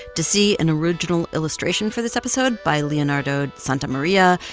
to see an original illustration for this episode by leonardo santamaria,